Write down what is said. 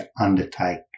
undertake